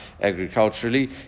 agriculturally